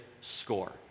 score